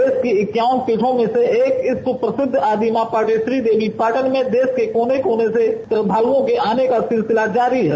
देश की इक्यावन पीठों में से एक इस सुप्रसिद्ध आदि मॉ पाटेश्वरी देवीपाटन में देश के कोने कोने से श्रद्धालुओ के आने का सिलसिला जारी है